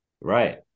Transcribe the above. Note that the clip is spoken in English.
Right